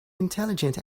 intelligent